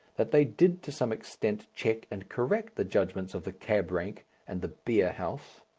that they did to some extent check and correct the judgments of the cab-rank and the beer-house.